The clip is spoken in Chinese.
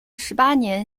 十八年